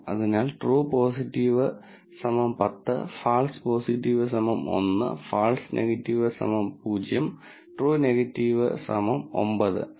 അതിനാൽ true positive 10 false positive 1 false negative 0 true negative 9